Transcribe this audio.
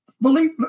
Believe